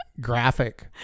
graphic